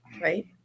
right